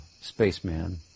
spaceman